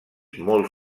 molt